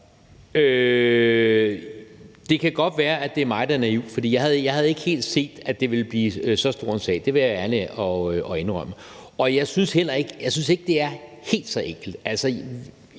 Det kan godt være, at det er mig, der er naiv, for jeg havde ikke helt set, at det ville blive så stor en sag; det vil jeg være ærlig og indrømme. Jeg synes ikke, det er helt så enkelt.